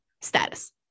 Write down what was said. status